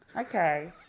okay